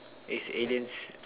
is aliens